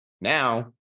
Now